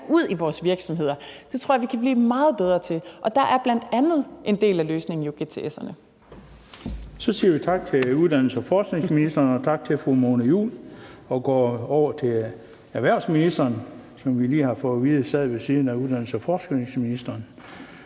ud i vores virksomheder. Det tror jeg vi kan blive meget bedre til, og der er bl.a. en del af løsningen jo GTS'erne. Kl. 16:10 Den fg. formand (Bent Bøgsted): Så siger vi tak til uddannelses og forskningsministeren, og tak til fru Mona Juul. Så går vi over til erhvervsministeren, som vi lige har fået at vide sad ved siden af uddannelses- og forskningsministeren.